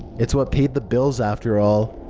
it's what paid the bills, after all.